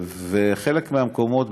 ובחלק מהמקומות,